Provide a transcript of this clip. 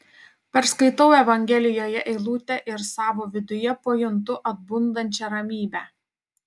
perskaitau evangelijoje eilutę ir savo viduje pajuntu atbundančią ramybę